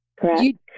correct